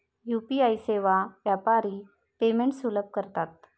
UPI सेवा व्यापारी payments सुलभ करतात